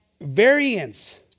Variance